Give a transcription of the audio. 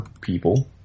people